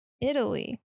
italy